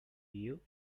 you